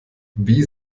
wie